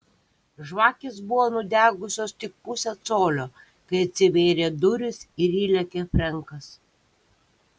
žvakės buvo nudegusios tik pusę colio kai atsivėrė durys ir įlėkė frenkas